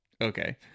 Okay